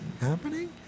Happening